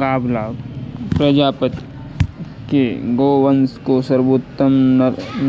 गावलाव प्रजाति के गोवंश को सर्वोत्तम